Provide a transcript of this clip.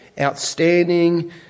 outstanding